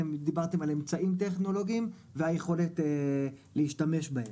אתם דיברתם על אמצעים טכנולוגיים והיכולת להשתמש בהם,